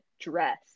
dress